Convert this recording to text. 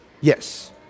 Yes